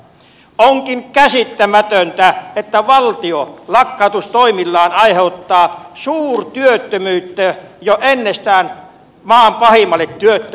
onkin käsittämätöntä että valtio lakkautustoimillaan aiheuttaa suurtyöttömyyttä jo ennestään maan pahimmalle työttömyysalueelle